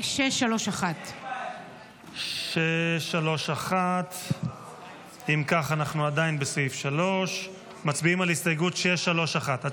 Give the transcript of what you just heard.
נצביע על הסתייגות 631, לסעיף 3. הצבעה.